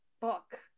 book